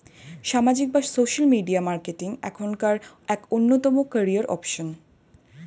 সামাজিক বা social media marketing এখনকার এক অন্যতম ক্যারিয়ার অপশন